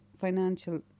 financial